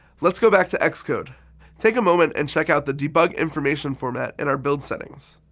let's go back to xcode. take a moment and check out the debug information format in our build settings.